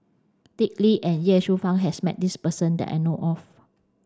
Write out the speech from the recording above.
Dick Lee and Ye Shufang has met this person that I know of